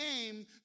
came